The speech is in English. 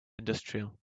industrial